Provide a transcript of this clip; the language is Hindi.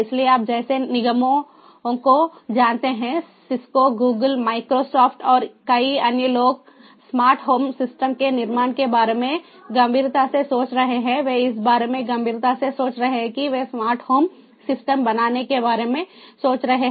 इसलिए आप जैसे निगमों को जानते हैं सिस्को गूगल माइक्रोसॉफ्ट और कई अन्य लोग स्मार्ट होम सिस्टम के निर्माण के बारे में गंभीरता से सोच रहे हैं वे इस बारे में गंभीरता से सोच रहे हैं कि वे स्मार्ट होम सिस्टम बनाने के बारे में सोच रहे हैं